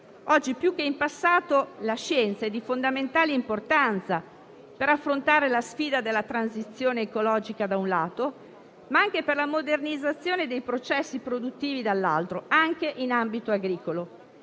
Oggi più che in passato la scienza è di fondamentale importanza per affrontare la sfida della transizione ecologica, da un lato, ma anche per la modernizzazione dei processi produttivi, dall'altro, anche in ambito agricolo